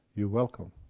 you're welcome.